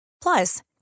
Plus